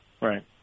Right